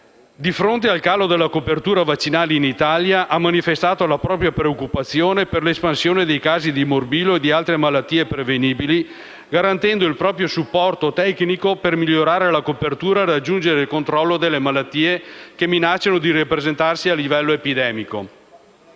di fronte al calo della copertura vaccinale in Italia, ha manifestato la propria preoccupazione per l'espansione dei casi di morbillo e di altre malattie prevenibili, garantendo il proprio supporto tecnico per migliorare la copertura e raggiungere il controllo delle malattie che minacciano di ripresentarsi a livello epidemico.